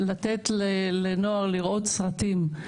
לתת לנוער לראות סרטים,